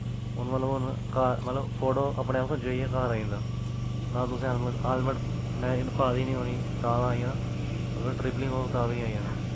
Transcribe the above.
हून मतलव फोटो अपने आप खचोईयै घर आई जंदा ना तुसे हैलमेट पादी नेईं होनी तां आई जाना अगर ट्रिपलिंग होग तां बी आई जाना